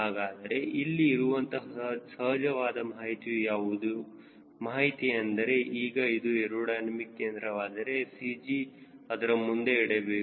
ಹಾಗಾದರೆ ಇಲ್ಲಿ ಇರುವಂತಹ ಸಹಜವಾದ ಮಾಹಿತಿಯು ಯಾವುದು ಮಾಹಿತಿ ಎಂದರೆ ಈಗ ಇದು ಏರೋಡೈನಮಿಕ್ ಕೇಂದ್ರವಾದರೆ CG ಅದರ ಮುಂದೆ ಇಡಬೇಕು